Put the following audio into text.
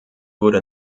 wurde